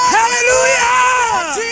Hallelujah